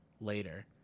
later